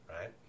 right